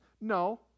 No